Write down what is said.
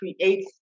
creates